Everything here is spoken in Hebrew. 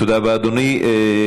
תודה רבה, אדוני.